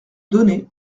données